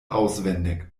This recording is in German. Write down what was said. auswendig